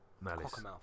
malice